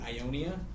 Ionia